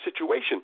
situation